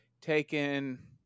taken